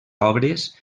obres